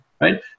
right